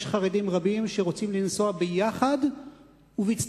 יש חרדים רבים שרוצים לנסוע יחד ובצניעות